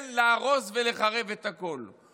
כן, להרוס ולחרב את הכול.